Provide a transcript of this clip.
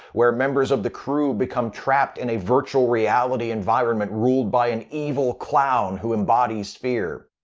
where members of the crew become trapped in a virtual reality environment ruled by an evil clown who embodies fear.